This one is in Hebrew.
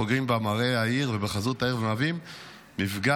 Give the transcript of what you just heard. פוגעים במראה העיר ובחזות העיר ומהווים מפגע,